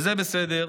וזה בסדר.